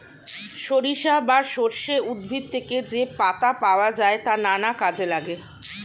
সরিষা বা সর্ষে উদ্ভিদ থেকে যে পাতা পাওয়া যায় তা নানা কাজে লাগে